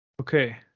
Okay